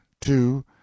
two